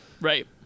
Right